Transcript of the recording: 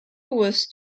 was